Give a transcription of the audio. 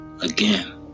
Again